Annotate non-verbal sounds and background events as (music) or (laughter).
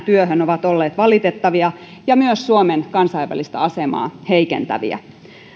(unintelligible) työhön ovat olleet valitettavia ja myös suomen kansainvälistä asemaa heikentäviä